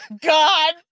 God